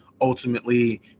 Ultimately